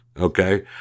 Okay